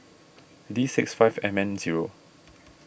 D six five M N zero